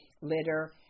litter